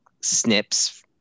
snips